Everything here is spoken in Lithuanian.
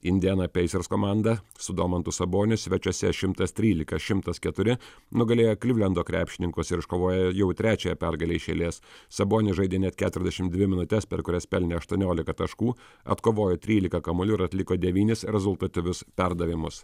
indiana pacers komanda su domantu saboniu svečiuose šimtas trylika šimtas keturi nugalėjo klivlendo krepšininkus ir iškovoja jau trečiąją pergalę iš eilės sabonis žaidė net keturiasdešimt dvi minutes per kurias pelnė aštuoniolika taškų atkovojo trylika kamuolių ir atliko devynis rezultatyvius perdavimus